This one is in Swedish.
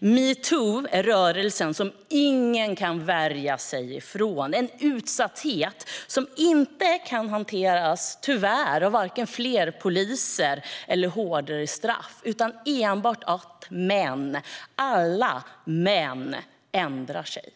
Metoo är rörelsen som ingen kan värja sig mot. Det är en utsatthet som tyvärr inte kan hanteras genom vare sig fler poliser eller hårdare straff utan enbart genom att män, alla män, ändrar sig.